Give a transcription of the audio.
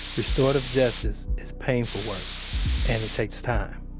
restorative justice is painful work and it takes time